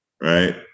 right